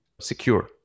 secure